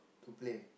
to play